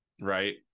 right